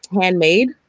handmade